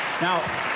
Now